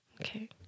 Okay